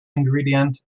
ingredient